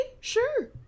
sure